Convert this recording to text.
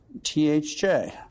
THJ